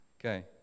Okay